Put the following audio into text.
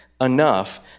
enough